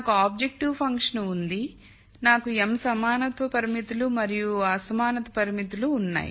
నాకు objective function ఉంది నాకు m సమానత్వ పరిమితులు మరియు l అసమానత పరిమితులు ఉన్నాయి